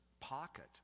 pocket